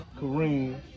Kareem